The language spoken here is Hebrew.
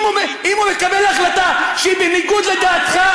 אם הוא מקבל החלטה שהיא בניגוד לדעתך,